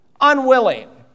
Unwilling